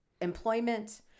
employment